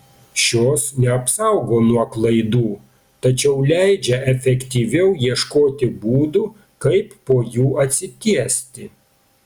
šios neapsaugo nuo klaidų tačiau leidžia efektyviau ieškoti būdų kaip po jų atsitiesti